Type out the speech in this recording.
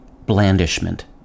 blandishment